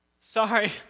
Sorry